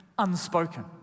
unspoken